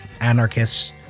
Anarchists